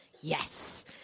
yes